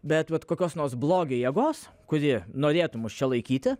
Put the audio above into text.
bet vat kokios nors blogio jėgos kuri norėtų mus čia laikyti